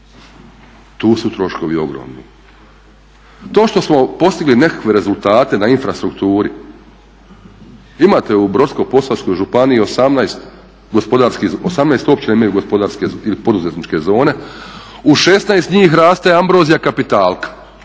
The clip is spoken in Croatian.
Tu su troškovi ogromni. To što smo postigli nekakve rezultate na infrastrukturi, imate u Brodsko-posavskoj županiji 18 općina imaju gospodarske ili poduzetničke zone. U 16 njih raste ambrozija kapitalka.